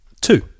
Two